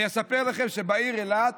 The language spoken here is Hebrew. אני אספר לכם שבעיר אילת